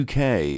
UK